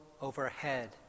overhead